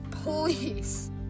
Please